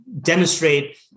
demonstrate